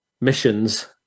missions